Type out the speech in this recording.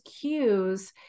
cues